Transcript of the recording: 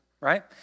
right